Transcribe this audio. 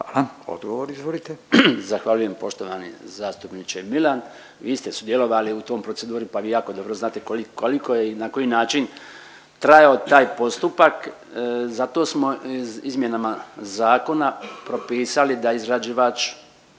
**Bačić, Branko (HDZ)** Zahvaljujem poštovani zastupniče Milan. Vi ste sudjelovali u toj proceduri pa vi jako dobro znate koliko je i na koji način trajao taj postupak. Zato smo izmjenama zakona propisali da izrađivač